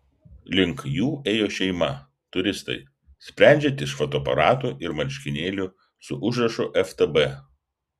link jų ėjo šeima turistai sprendžiant iš fotoaparatų ir marškinėlių su užrašu ftb